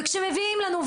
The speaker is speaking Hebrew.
וכשמביאים לנו,